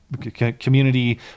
community